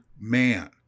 man